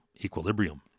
equilibrium